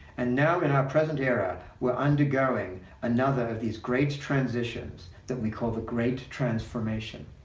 and now, in our present era, we're undergoing another of these great transitions that we call the great transformation.